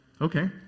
Okay